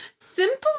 Simple